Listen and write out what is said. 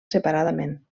separadament